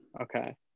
Okay